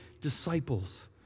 disciples